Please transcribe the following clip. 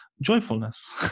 joyfulness